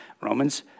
Romans